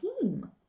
team